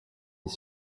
his